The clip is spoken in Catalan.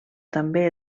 també